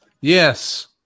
Yes